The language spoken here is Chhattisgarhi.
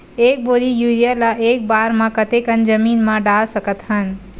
एक बोरी यूरिया ल एक बार म कते कन जमीन म डाल सकत हन?